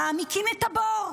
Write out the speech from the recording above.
מעמיקים את הבור.